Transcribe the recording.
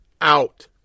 out